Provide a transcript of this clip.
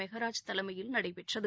மெகராஜ் தலைமையில் நடைபெற்றது